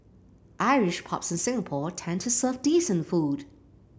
Irish pubs in Singapore tend to serve decent food